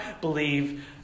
believe